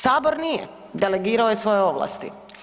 Sabor nije, delegirao je svoje ovlasti.